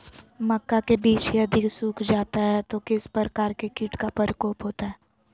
मक्का के बिज यदि सुख जाता है तो किस प्रकार के कीट का प्रकोप होता है?